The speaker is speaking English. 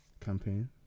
campaign